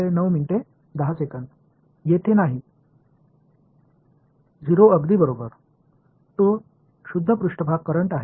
மாணவர்இது இல்லை 0 கிட்டத்தட்ட சரி இது ஒரு பியூா் சா்பேஸ் கரண்ட் ஆகும்